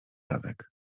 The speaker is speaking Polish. radek